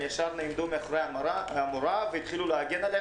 מיד נעמדו מאחורי המורה הזאת והתחילו להגן עליה,